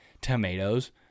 tomatoes